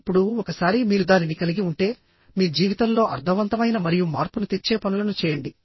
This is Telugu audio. ఇప్పుడు ఒకసారి మీరు దానిని కలిగి ఉంటే మీ జీవితంలో అర్థవంతమైన మరియు మార్పును తెచ్చే పనులను చేయండి